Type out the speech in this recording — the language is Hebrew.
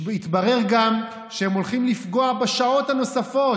התברר גם שהם הולכים לפגוע בשעות הנוספות